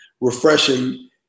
refreshing